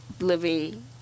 living